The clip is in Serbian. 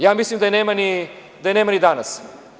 Ja mislim da je nema ni danas.